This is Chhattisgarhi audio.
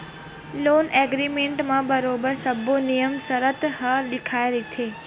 लोन एग्रीमेंट म बरोबर सब्बो नियम सरत ह लिखाए रहिथे